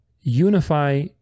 unify